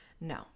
no